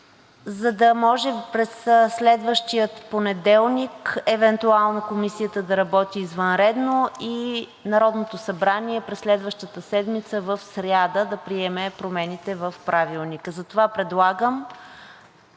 за да може през следващия понеделник евентуално Комисията да работи извънредно и Народното събрание през следващата седмица в сряда да приеме промените в Правилника. Затова предлагам